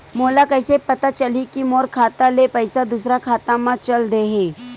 मोला कइसे पता चलही कि मोर खाता ले पईसा दूसरा खाता मा चल देहे?